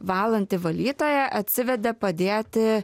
valanti valytoja atsiveda padėti